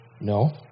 No